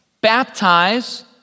Baptize